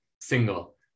single